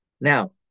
Now